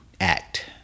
act